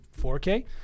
4k